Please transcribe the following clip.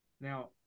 Now